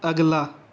ਅਗਲਾ